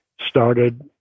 started